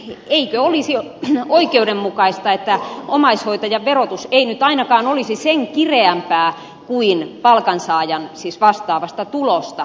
eli eikö olisi oikeudenmukaista että omaishoitajan verotus ei nyt ainakaan olisi sen kireämpää kuin palkansaajan siis vastaavasta tulosta